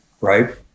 right